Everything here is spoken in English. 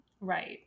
Right